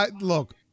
look